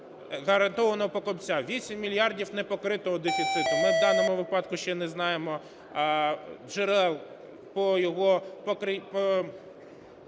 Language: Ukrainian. гарантованого покупця, 8 мільярдів не покритого дефіциту. Ми в даному випадку ще не знаємо джерел по його